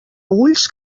ulls